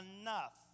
enough